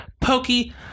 Pokey